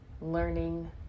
learning